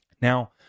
Now